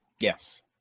Yes